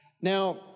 Now